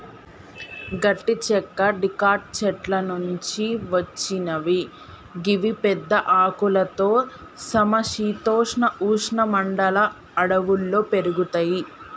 గట్టి చెక్క డికాట్ చెట్ల నుంచి వచ్చినవి గివి పెద్ద ఆకులతో సమ శీతోష్ణ ఉష్ణ మండల అడవుల్లో పెరుగుతయి